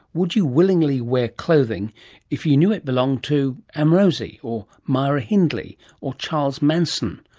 would you willingly wear clothing if you knew it belonged to amrozi or myra hindley or charles manson?